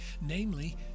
namely